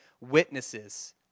witnesses